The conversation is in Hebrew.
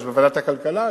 בוועדת הכלכלה,